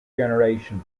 generation